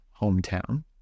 hometown